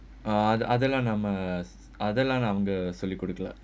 ah the other நம்பே:nambae other நானே:naanae